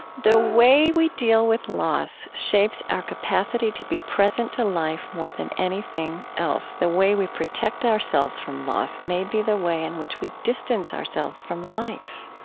the way we deal with loss shapes our capacity to be present to life more than anything else. the way we protect ourselves from loss may be the way in which we distance ourselves from life.